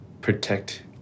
protect